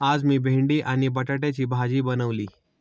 आज मी भेंडी आणि बटाट्याची भाजी बनवली